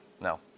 No